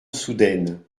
soudaine